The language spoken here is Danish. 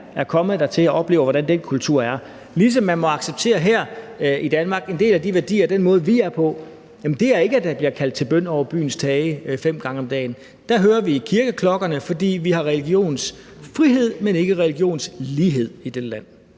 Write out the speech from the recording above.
er kommet dertil og oplever, hvordan den kultur er. På samme måde må man her i Danmark respektere de værdier, der er her, og den måde, vi er på, og det er ikke, at der bliver kaldt til bøn over byens tage fem gange om dagen. Her hører vi kirkeklokkerne, for vi har religionsfrihed, men ikke religionslighed i dette land.